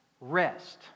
rest